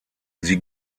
sie